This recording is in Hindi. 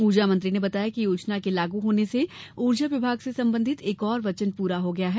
ऊर्जा मंत्री ने बताया कि योजना के लागू होने से ऊर्जा विभाग से संबंधित एक और वचन पूरा हो गया है